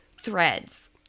threads